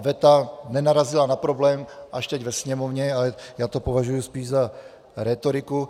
Veta nenarazila na problém, až teď ve Sněmovně, a já to považuji spíš za rétoriku.